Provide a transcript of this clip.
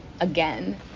again